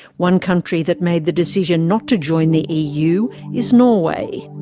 one country that made the decision not to join the eu is norway.